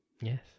Yes